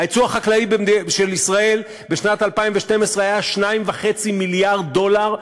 היצוא החקלאי של ישראל בשנת 2012 היה 2.5 מיליארד דולר,